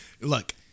Look